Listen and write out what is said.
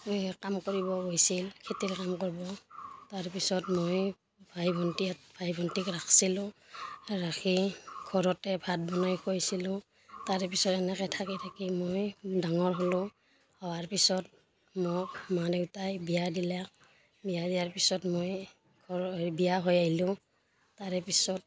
এই কাম কৰিব গৈছিল খেতিৰ কাম কৰিব তাৰপিছত মই ভাই ভন্টি ভাই ভন্টিক ৰাখিছিলোঁ ৰাখি ঘৰতে ভাত বনাই খুৱাইছিলোঁ তাৰে পিছত এনেকৈ থাকি থাকি মই ডাঙৰ হ'লোঁ হোৱাৰ পিছত মোক মা দেউতাই বিয়া দিলে বিয়া দিয়াৰ পিছত মই ঘৰৰ এই বিয়া হৈ আহিলোঁ তাৰে পিছত